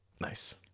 nice